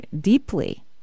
deeply